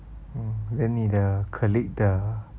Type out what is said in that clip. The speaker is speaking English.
orh then 你的 colleague 的